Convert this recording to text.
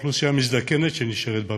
האוכלוסייה המזדקנת שנשארת בפריפריה.